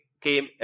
came